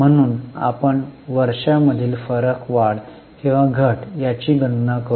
म्हणून आपण वर्षा मधील फरक वाढ किंवा घट याची गणना करू